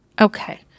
okay